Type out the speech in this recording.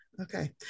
okay